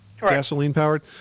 gasoline-powered